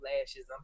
lashes